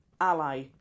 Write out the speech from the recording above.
ally